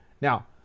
now